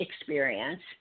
experience